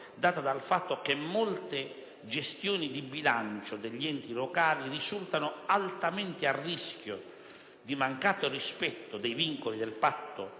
data dal fatto che molte gestioni di bilancio degli enti locali risultano altamente a rischio di mancato rispetto dei vincoli del Patto